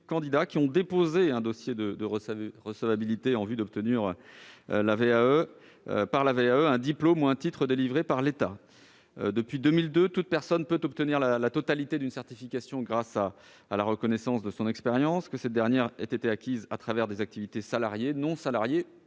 ont déposé un dossier de recevabilité en vue d'obtenir par la VAE un diplôme ou un titre délivré par l'État. Depuis 2002, toute personne peut obtenir la totalité d'une certification grâce à la reconnaissance de son expérience, que cette dernière ait été acquise dans le cadre d'activités salariées, non salariées